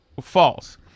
false